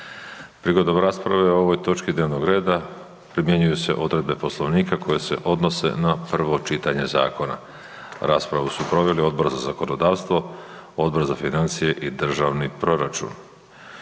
Prigodom rasprave o ovoj točki dnevnog reda primjenjuju se odredbe Poslovnika koje se odnose na prvo čitanje zakona. Raspravu su proveli Odbor za zakonodavstvo, Odbor za financije i državni proračun.